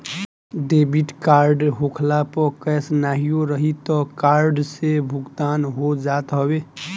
debit card होखला पअ cash नाहियो रही तअ कार्ड से भुगतान हो जात हवे